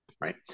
right